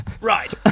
Right